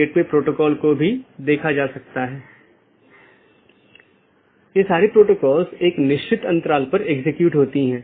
अंत में ऐसा करने के लिए आप देखते हैं कि यह केवल बाहरी नहीं है तो यह एक बार जब यह प्रवेश करता है तो यह नेटवर्क के साथ घूमता है और कुछ अन्य राउटरों पर जाता है